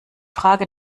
frage